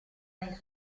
nei